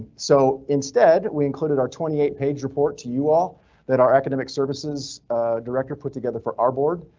so instead we included our twenty eight page report to you all that our academic services director put together for our board,